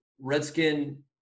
Redskin